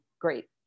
great